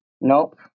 Nope